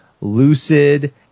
lucid